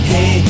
Hey